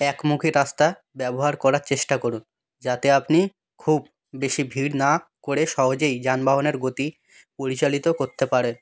একমুখী রাস্তা ব্যবহার করার চেষ্টা করুন যাতে আপনি খুব বেশি ভিড় না করে সহজেই যানবাহনের গতি পরিচালিত করতে পারে